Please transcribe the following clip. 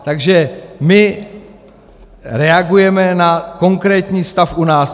Takže my reagujeme na konkrétní stav u nás.